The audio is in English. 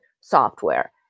software